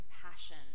compassion